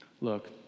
Look